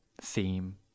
theme